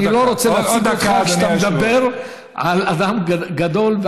אני לא רוצה להפסיק אותך כשאתה מדבר על אדם גדול.